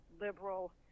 liberal